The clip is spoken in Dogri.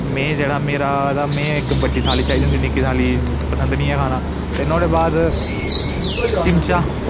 में जेह्ड़ा मेरा एह्दा में इक बड्डी थाली चाहिदी होंदी निक्की थाली पसंद निं ऐ खाना ते नुआढ़े बाद चिमचा